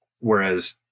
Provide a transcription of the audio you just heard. whereas